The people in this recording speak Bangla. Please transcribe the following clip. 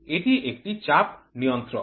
এটি একটি চাপ নিয়ন্ত্রক